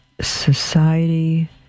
Society